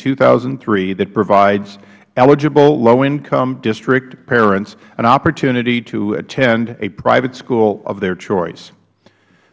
two thousand and three that provides eligible low income district parents an opportunity to attend a private school of their choice